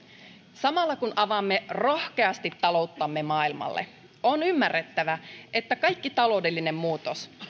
samalla kun avaamme rohkeasti talouttamme maailmalle on ymmärrettävä että kaikki taloudellinen muutos